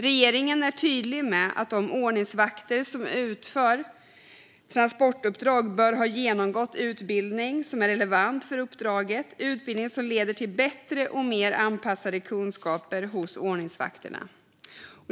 Regeringen är tydlig med att de ordningsvakter som utför transportuppdrag bör ha genomgått utbildning som är relevant för uppdraget och som leder till bättre och mer anpassade kunskaper hos ordningsvakterna.